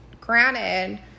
granted